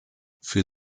für